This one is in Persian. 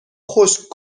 خشک